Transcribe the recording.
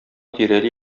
тирәли